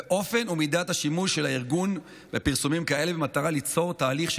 ואופן ומידת השימוש של הארגון בפרסומים כאלה במטרה ליצור תהליך של